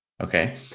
Okay